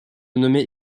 nommait